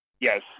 Yes